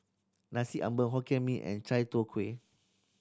Nasi Ambeng Hokkien Mee and chai tow kway